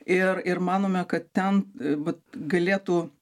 ir ir manome kad ten vat galėtų